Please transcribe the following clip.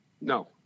No